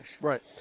right